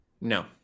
No